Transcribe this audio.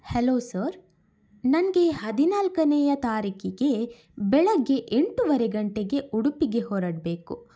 hello sir ನನಗೆ ಹದಿನಾಲ್ಕನೆಯ ತಾರೀಖಿಗೆ ಬೆಳಗ್ಗೆ ಎಂಟುವರೆ ಗಂಟೆಗೆ ಉಡುಪಿಗೆ ಹೊರಡಬೇಕು